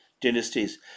dynasties